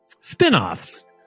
Spinoffs